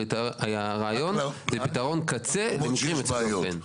הרי הרעיון הוא פתרון קצה במקרים יוצאי דופן.